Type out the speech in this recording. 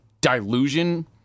delusion